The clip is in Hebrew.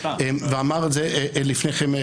ואמר את זה לפני כן,